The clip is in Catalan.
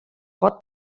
pot